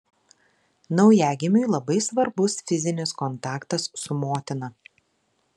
naujagimiui labai svarbus fizinis kontaktas su motina